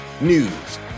news